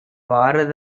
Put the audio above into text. பாரத